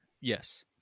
Yes